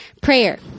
prayer